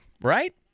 right